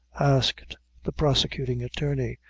asked the prosecuting attorney,